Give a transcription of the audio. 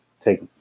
Take